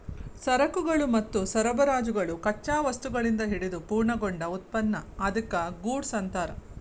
ಸರಕುಗಳು ಮತ್ತು ಸರಬರಾಜುಗಳು ಕಚ್ಚಾ ವಸ್ತುಗಳಿಂದ ಹಿಡಿದು ಪೂರ್ಣಗೊಂಡ ಉತ್ಪನ್ನ ಅದ್ಕ್ಕ ಗೂಡ್ಸ್ ಅನ್ತಾರ